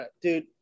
Dude